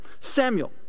samuel